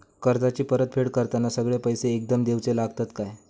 कर्जाची परत फेड करताना सगळे पैसे एकदम देवचे लागतत काय?